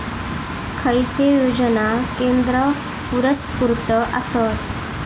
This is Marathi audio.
खैचे योजना केंद्र पुरस्कृत आसत?